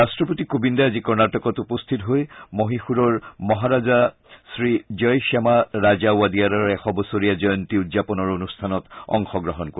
ৰাট্ট্ৰপতি কোবিন্দে আজি কৰ্ণাটকত উপস্থিত হৈ মহীশূৰৰ মহাৰাজা শ্ৰী জয় শ্যামা ৰাজা ৱাডিয়াৰৰ এশ বছৰীয়া জয়ন্তী উদযাপনৰ অনুষ্ঠানত অংশগ্ৰহণ কৰিব